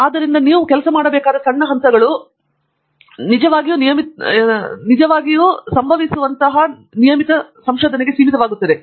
ಆದ್ದರಿಂದ ನೀವು ಕೆಲಸ ಮಾಡಬೇಕಾದ ಸಣ್ಣ ಹಂತಗಳು ಈ ಪರಿಕಲ್ಪನೆಗೆ ನೀವು ಬಳಸಬೇಕಾದ ವಿಷಯ ಮತ್ತು ಸಂಭವಿಸುವಂತಹ ಸಣ್ಣ ಹಂತಗಳಿಗೆ ನಿಜವಾಗಿಯೂ ನಿಯಮಿತ ಸಂಶೋಧಕರಾಗಿರಬೇಕು